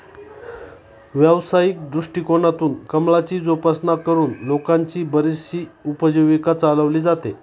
व्यावसायिक दृष्टिकोनातून कमळाची जोपासना करून लोकांची बरीचशी उपजीविका चालवली जाते